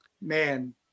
man